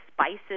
spices